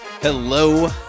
hello